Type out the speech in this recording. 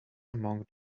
among